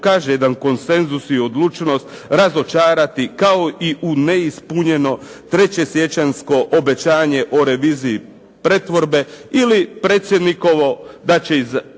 pokaže jedan konsenzus i odlučnost, razočarati kao i u neispunjeno 3. siječanjsko obećanje o reviziji pretvorbe ili predsjednikovo da će iz